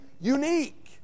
unique